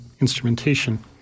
instrumentation